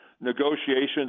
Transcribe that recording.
negotiations